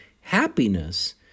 Happiness